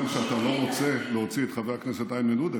אתה אומר שאתה לא רוצה להוציא את חבר הכנסת איימן עודה,